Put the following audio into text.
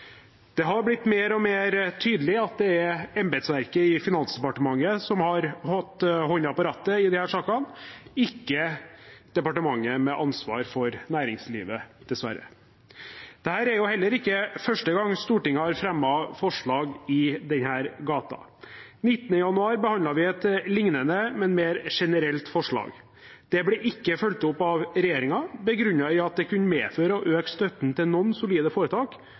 Det har blitt mer og mer tydelig at det er embetsverket i Finansdepartementet som har hatt hånda på rattet i disse sakene, ikke departementet med ansvar for næringslivet, dessverre. Det er heller ikke første gang Stortinget har fremmet forslag i denne gata. Den 19. januar behandlet vi et lignende, men mer generelt, forslag. Det ble ikke fulgt opp av regjeringen, begrunnet med at det kunne medføre å øke støtten til noen solide foretak